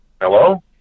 Hello